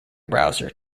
browser